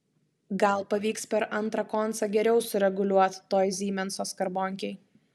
gal pavyks per antrą koncą geriau sureguliuot toj zymenso skarbonkėj